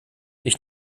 ich